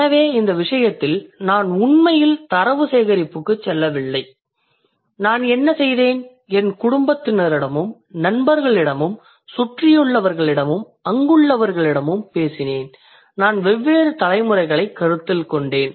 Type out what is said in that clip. எனவே இந்த விசயத்தில் நான் உண்மையில் தரவு சேகரிப்புக்கு செல்லவில்லை நான் என்ன செய்தேன் என் குடும்பத்தினரிடமும் நண்பர்களிடமும் சுற்றியுள்ளவர்களிடமும் அங்குள்ளவர்களிடமும் பேசினேன் நான் வெவ்வேறு தலைமுறைகளை கருத்தில் கொண்டேன்